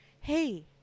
hey